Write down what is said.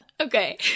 Okay